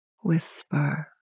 whisper